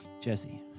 Jesse